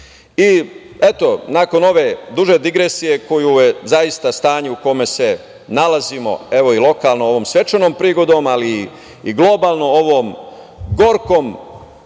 argumentima. Nakon ove duže digresije koju je zaista stanje u kome se nalazimo, evo, i lokalno i ovom svečanom prigodom, ali i globalnom, ovom gorkom